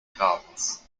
grabens